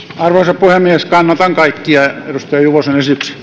arvoisa puhemies kannatan kaikkia edustaja juvosen